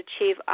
achieve